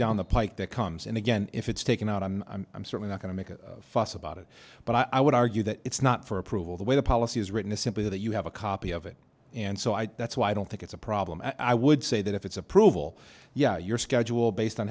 down the pike that comes in again if it's taken out and i'm certainly not going to make a fuss about it but i would argue that it's not for approval the way the policy is written is simply that you have a copy of it and so i that's why i don't think it's a problem and i would say that if it's approval yeah your schedule based on